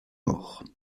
mort